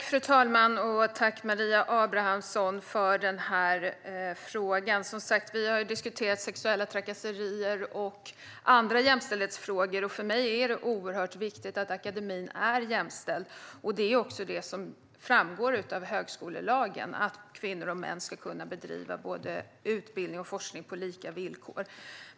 Fru talman! Tack, Maria Abrahamsson, för frågan! Vi har som sagt diskuterat sexuella trakasserier och andra jämställdhetsfrågor, och för mig är det oerhört viktigt att akademin är jämställd. Det är också det som framgår av högskolelagen - att kvinnor och män ska kunna bedriva både utbildning och forskning på lika villkor.